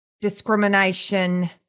discrimination